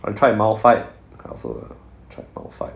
I tried malphite I also tried malphite